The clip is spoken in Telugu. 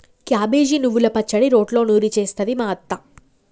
క్యాబేజి నువ్వల పచ్చడి రోట్లో నూరి చేస్తది మా అత్త